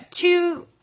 two